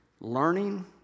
Learning